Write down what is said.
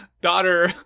daughter